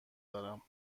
دارم